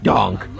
Donk